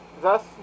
thus